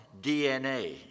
DNA